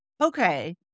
Okay